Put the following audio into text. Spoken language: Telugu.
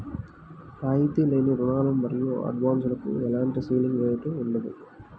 రాయితీ లేని రుణాలు మరియు అడ్వాన్సులకు ఎలాంటి సీలింగ్ రేటు ఉండదు